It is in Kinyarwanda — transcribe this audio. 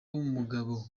mugabo